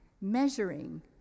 measuring